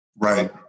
Right